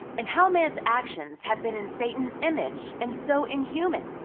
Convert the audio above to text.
and how man's actions have been in satan's image and so inhuman.